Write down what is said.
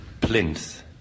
Plinth